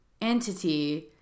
entity